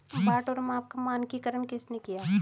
बाट और माप का मानकीकरण किसने किया?